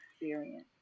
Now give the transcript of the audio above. experience